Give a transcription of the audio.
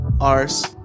Arse